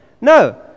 No